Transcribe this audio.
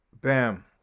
Bam